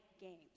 games